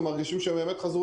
לא חוזרים